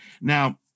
Now